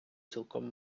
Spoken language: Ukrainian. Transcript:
цілком